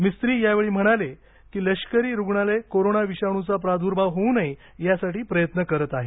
मिस्त्री यावेळी म्हणले की लष्करी रुग्णालय कोरोना विषाणू चा प्रादुर्भाव होऊ नये यासाठी प्रयत्न करत आहे